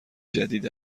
جدید